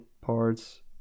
parts